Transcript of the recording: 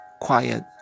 quiet